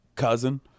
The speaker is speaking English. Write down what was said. Cousin